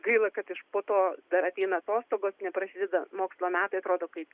gaila kad iš po to dar ateina atostogos neprasideda mokslo metai atrodo kaip